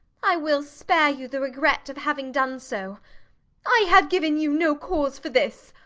i will spare you the regret of having done so i have given you no cause for this!